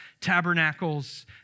Tabernacles